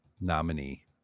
nominee